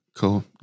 Cool